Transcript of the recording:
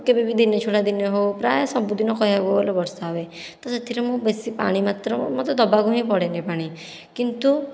କେବେବି ଦିନେ ଛଡ଼ା ଦିନେ ହେଉ ପ୍ରାୟ ସବୁଦିନ କହିଆକୁ ଗଲେ ବର୍ଷା ହୁଏ ତ ସେଥିରେ ମୁଁ ବେଶୀ ପାଣି ମାତ୍ର ମୋତେ ଦେବାକୁ ହିଁ ପଡ଼େନି ପାଣି କିନ୍ତୁ